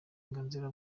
uburenganzira